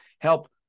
help